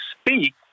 speak